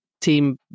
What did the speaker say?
team